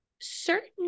certain